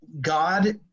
God